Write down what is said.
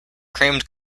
creamed